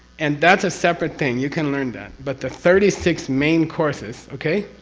and that's a separate thing. you can learn that, but the thirty six main courses, okay?